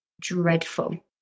dreadful